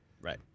Right